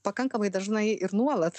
pakankamai dažnai ir nuolat